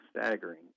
staggering